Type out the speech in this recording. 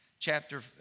Chapter